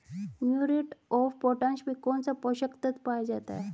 Muriate of potash में कौन सा पोषक तत्व पाया जाता है?